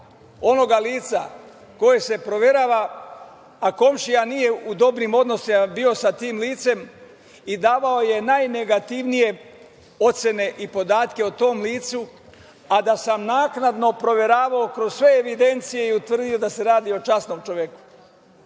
onoga lica koje se proverava, a komšija nije u dobrim odnosima bio sa tim licem i davao je najnegativnije ocene i podatke o tom licu, a da sam naknadno proveravao kroz sve evidencije i utvrdio da se radi o časnom čoveku.E,